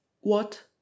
what